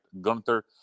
Gunther